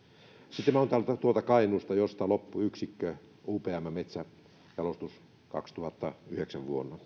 sitten minä otan esimerkin tuolta kainuusta josta loppui upmn metsänjalostusyksikkö vuonna kaksituhattayhdeksän tai vuonna